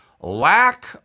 lack